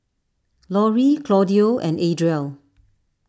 Laurie Claudio and Adriel